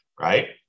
right